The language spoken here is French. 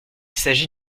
s’agit